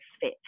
fit